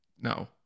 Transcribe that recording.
No